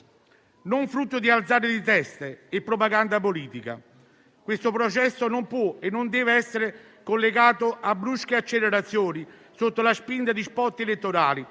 non frutto di alzate di testa e propaganda politica. Questo processo non può e non deve essere collegato a brusche accelerazioni sotto la spinta di *spot* elettorali